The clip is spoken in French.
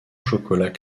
chocolat